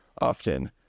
often